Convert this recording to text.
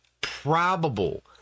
probable